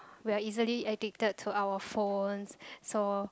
we are easily addicted to our phone so